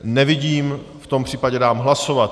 Nevidím, v tom případě dám hlasovat.